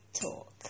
talk